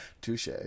Touche